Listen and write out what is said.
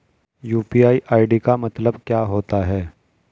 UPI ID का मतलब क्या होता है?